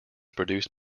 produced